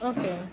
Okay